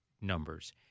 numbers